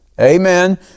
Amen